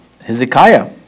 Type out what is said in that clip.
Hezekiah